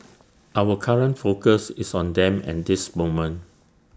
our current focus is on them at this moment